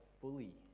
fully